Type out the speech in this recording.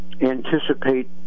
anticipate